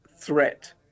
threat